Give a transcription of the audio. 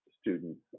students